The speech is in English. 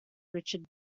richard